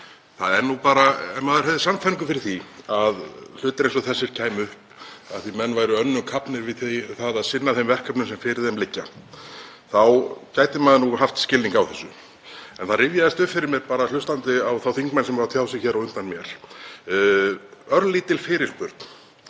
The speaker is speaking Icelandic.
nú það eina, ef maður hefði sannfæringu fyrir því að hlutir eins og þessir kæmu upp af því að menn væru önnum kafnir við að sinna þeim verkefnum sem fyrir þeim liggja, þá gæti maður haft skilning á þessu. Það rifjaðist upp fyrir mér, bara þegar ég hlustaði á þá þingmenn sem hafa tjáð sig hér á undan mér, örlítil fyrirspurn